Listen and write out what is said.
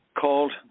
called